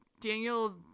Daniel